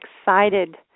excited